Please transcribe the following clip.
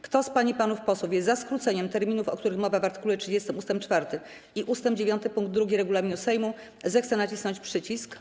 Kto z pań i panów posłów jest za skróceniem terminów, o których mowa w art. 30 ust. 4 i ust. 9 pkt 2 regulaminu Sejmu, zechce nacisnąć przycisk.